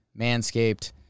Manscaped